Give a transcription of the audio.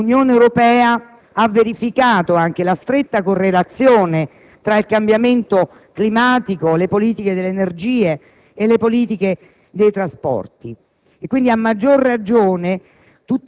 la stessa Unione europea ha verificato la stretta correlazione tra cambiamento climatico, politiche dell'energia e politiche dei trasporti,